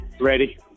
Ready